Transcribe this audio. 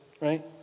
Right